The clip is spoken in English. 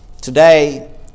Today